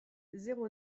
zéro